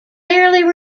fairly